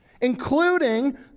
including